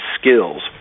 skills